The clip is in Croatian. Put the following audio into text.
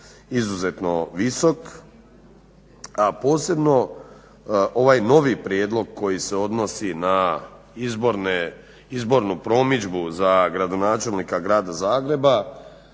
izuzetno visok a posebno ovaj novi prijedlog koji se odnosi na izbornu promidžbu za gradonačelnika grada Zagreba